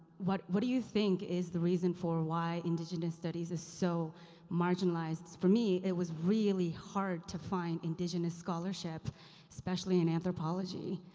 what what do you think is the reason for why indigenous studies is so marginalized? for me, it was really hard to find indigenous scholarship especially in anthropology.